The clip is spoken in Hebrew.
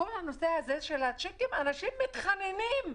בכל עניין הצ'קים אנשים מתחננים,